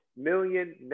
Million